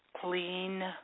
clean